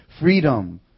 Freedom